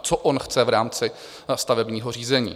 Co on chce v rámci stavebního řízení?